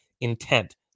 intent